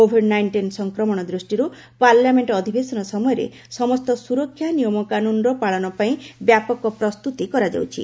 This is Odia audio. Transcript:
କୋଭିଡ ନାଇଷ୍ଟିନ୍ ସଂକ୍ରମଣ ଦୃଷ୍ଟିରୁ ପାର୍ଲାମେଣ୍ଟ ଅଧିବେସନ ସମୟରେ ସମସ୍ତ ସୁରକ୍ଷା ନିୟମକାନୁନ୍ର ପାଳନ ପାଇଁ ବ୍ୟାପକ ପ୍ରସ୍ତୁତି କରାଯାଉଛି